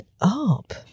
up